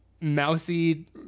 mousy